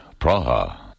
Praha